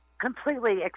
completely